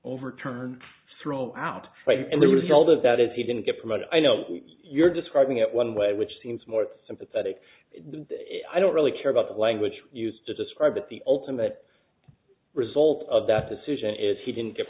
overturn throw out right and the result of that is he didn't get it right i know you're describing it one way which seems more sympathetic i don't really care about the language used to describe it the ultimate result of that decision is he didn't get